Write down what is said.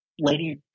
lady